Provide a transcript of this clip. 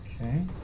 Okay